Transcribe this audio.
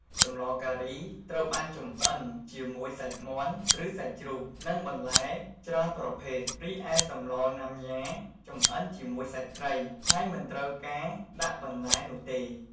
សម្លការី ត្រូវបានចម្អិនជាមួយសាច់មាន់ ឬសាច់ជ្រូក និងបន្លែច្រើនប្រភេទ រីឯសម្លណាំយ៉ាចំអិនជាមួយសាច់ត្រី ហើយមិនត្រូវការដាក់បន្លែនោះទេ។